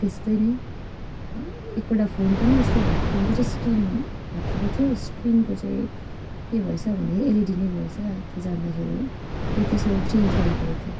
त्यस्तै नै एकपल्ट फोन पनि त्यस्तै भएको फोनको चाहिँ स्क्रिन भत्केको थियो स्क्रिनको चाहिँ के भएछ भने एलइडी नै गएछ त्यो जाँन्दाखेरि फेरि त्यसको चेन्ज गर्नु परेक थियो